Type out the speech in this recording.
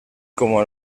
como